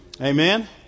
Amen